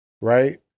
Right